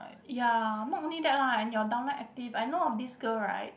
ya not only that lah and your down line active I know of this girl right